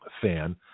fan